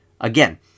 again